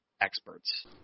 experts